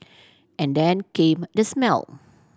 and then came the smell